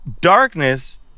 darkness